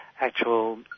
actual